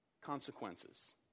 consequences